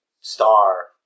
star